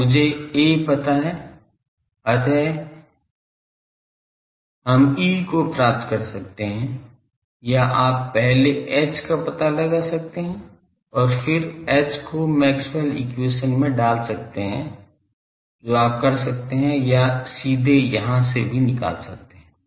तो मुझे A पता है अतः हम E को प्राप्त कर सकते हैं या आप पहले H का पता लगा सकते हैं और फिर H को मैक्सवेल एक्वेशन Maxwell's equation में डाल सकते हैं जो आप कर सकते हैं या सीधे यहां से भी आप निकाल सकते हैं